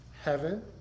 Heaven